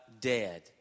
dead